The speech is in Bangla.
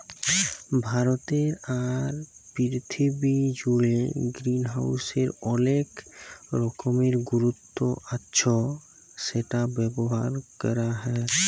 ভারতে আর পীরথিবী জুড়ে গ্রিনহাউসের অলেক রকমের গুরুত্ব আচ্ছ সেটা ব্যবহার ক্যরা হ্যয়